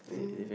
mm